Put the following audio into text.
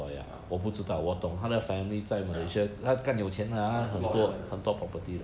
uh ya but 是 lawyer 来的